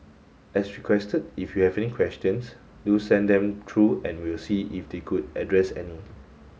as requested if you have any questions do send them through and we'll see if they could address any